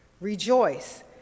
Rejoice